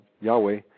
Yahweh